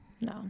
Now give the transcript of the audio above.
No